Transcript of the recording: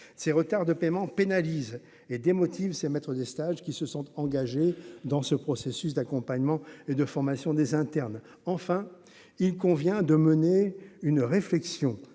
ces retards de paiement pénalisent et démotive ces maîtres des stages qui se sont engagés dans ce processus d'accompagnement et de formation des internes, enfin, il convient de mener une réflexion